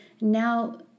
now